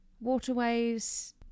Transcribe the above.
waterways